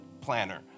planner